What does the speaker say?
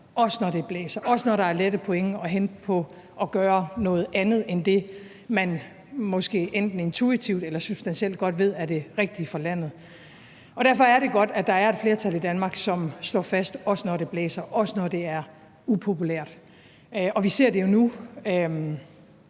også når det blæser, også når der er lette point at hente på at gøre noget andet end det, man måske enten intuitivt eller substantielt godt ved er det rigtige for landet. Derfor er det godt, at der er et flertal i Danmark, der står fast, også når det blæser, også når det er upopulært. Og vi ser det jo nu,